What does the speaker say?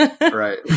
right